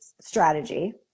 strategy